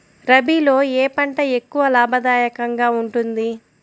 రబీలో ఏ పంట ఎక్కువ లాభదాయకంగా ఉంటుంది?